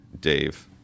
Dave